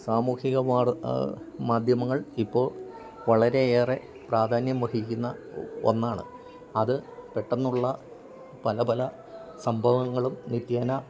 സാമൂഹിക വാർത്ത മാദ്ധ്യമങ്ങൾ ഇപ്പോൾ വളരെ ഏറെ പ്രാധാന്യം വഹിക്കുന്ന ഒന്നാണ് അത് പെട്ടെന്നുള്ള പല പല സംഭവങ്ങളും നിത്യേന